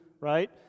right